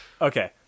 Okay